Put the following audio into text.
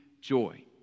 joy